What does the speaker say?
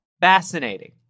Fascinating